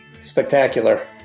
spectacular